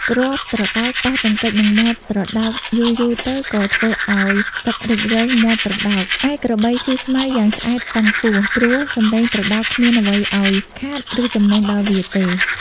គ្រាប់ត្រដោកប៉ះទង្គិចនឹងមាត់ត្រដោកយូរៗទៅក៏ធ្វើឱ្យសឹករេចរឹលមាត់ត្រដោក ឯក្របីស៊ីស្មៅយ៉ាងឆ្អែតតឹងពោះ ព្រោះសម្លេងត្រដោកគ្មានអ្វីឱ្យខាត ឬចំណេញដល់វាទេ។